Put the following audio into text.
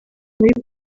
muri